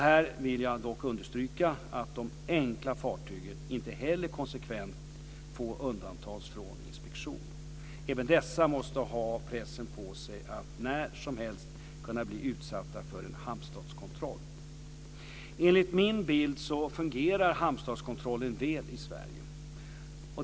Här vill jag dock understryka att de "enkla" fartygen inte heller konsekvent får undantas från inspektion. Även dessa måste ha pressen på sig att när som helst kunna bli utsatta för en hamnstatskontroll. Enligt min bild fungerar hamnstatskontrollen väl i Sverige.